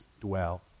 dwell